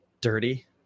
dirty